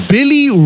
Billy